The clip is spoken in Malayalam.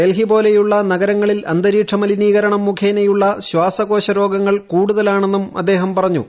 ഡൽഹി പോലെയുള്ള നഗരങ്ങളിൽ അന്തരീക്ഷ മലിനീകരണം മുഖേനയുള്ള ശ്വാസകോശ രോഗങ്ങൾ കൂടുതലാണെന്നും അദ്ദേഹം പറഞ്ഞു